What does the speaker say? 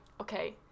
okay